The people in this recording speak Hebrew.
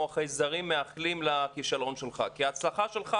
החייזרים מאחלים לכישלון שלך כי הצלחה שלך,